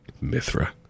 Mithra